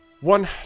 One